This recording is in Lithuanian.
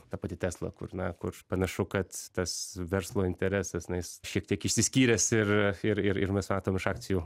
ta pati tesla kur na kur panašu kad tas verslo interesas na jis šiek tiek išsiskyręs ir ir ir mes matom iš akcijų